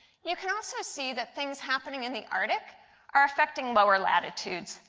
you can also see that things happening in the arctic are affecting lower latitudes.